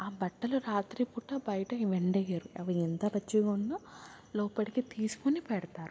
ఆ బట్టలు రాత్రిపూట బయట ఎండేయ్యరు అవి ఎంత పచిగున్న లోపటికి తీస్కొని పెడతారు